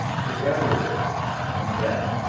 together with, now and then,